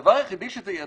הדבר היחידי שזה ייצר,